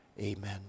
Amen